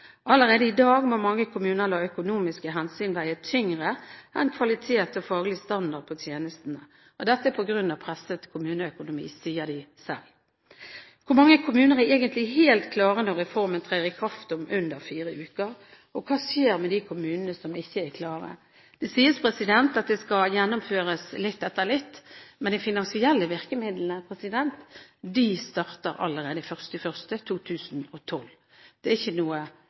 Allerede i dag må mange kommuner la økonomiske hensyn veie tyngre enn kvalitet og faglig standard på tjenestene. Dette er på grunn av en presset kommuneøkonomi, sier de selv. Hvor mange kommuner er egentlig helt klare når reformen trer i kraft om under fire uker? Og hva skjer med de kommunene som ikke er klare? Det sies at reformen skal gjennomføres litt etter litt, men de finansielle virkemidlene starter allerede 1. januar 2012. Det er ikke